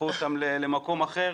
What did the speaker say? ולקחו אותם למקום אחר.